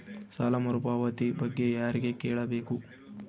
ಸಾಲ ಮರುಪಾವತಿ ಬಗ್ಗೆ ಯಾರಿಗೆ ಕೇಳಬೇಕು?